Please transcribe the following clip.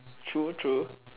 true true